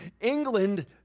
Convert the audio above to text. England